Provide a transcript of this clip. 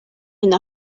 une